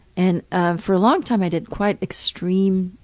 and ah for a long time i did quite extreme,